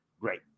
Great